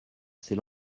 c’est